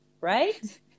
right